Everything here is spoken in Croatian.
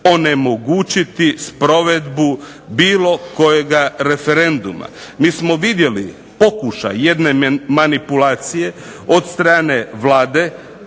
onemogućiti sprovedbu bilo kojega referenduma. Mi smo vidjeli pokušaj jedne manipulacije od strane Vlade